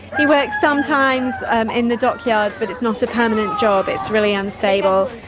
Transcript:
he works sometimes um in the dockyards but it's not a permanent job, it's really unstable.